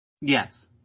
Yes